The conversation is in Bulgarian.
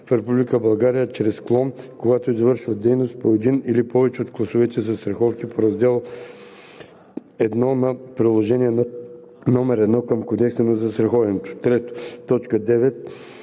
България чрез клон, когато извършват дейност по един или повече от класовете застраховки по раздел I на приложение № 1 към Кодекса за застраховането;“ 3. В т. 9